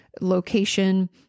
location